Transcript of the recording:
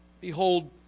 Behold